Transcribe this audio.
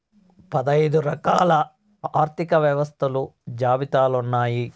పదైదు రకాల ఆర్థిక వ్యవస్థలు జాబితాలు ఉన్నాయి